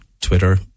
Twitter